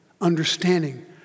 understanding